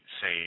say